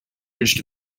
urged